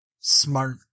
Smart